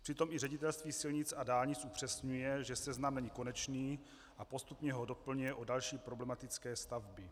Přitom i Ředitelství silnic a dálnic upřesňuje, že seznam není konečný, a postupně ho doplňuje o další problematické stavby.